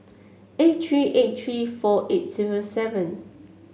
eight three eight three four eight zero seven